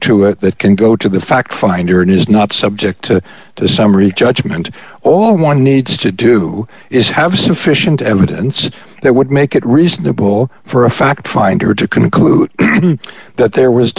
it that can go to the fact finder it is not subject to the summary judgment all one needs to do is have sufficient evidence that there would make it reasonable for a fact finding her to conclude that there was